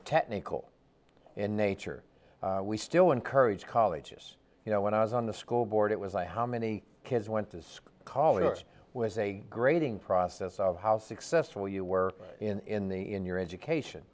technical in nature we still encourage colleges you know when i was on the school board it was i how many kids went to school callers was a grading process of how successful you were in the in your education